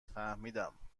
فهمیدم